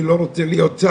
אני לא רוצה להיות שר,